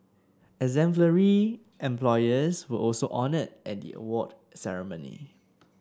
exemplary employers were also honoured at the award ceremony